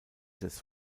des